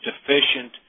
deficient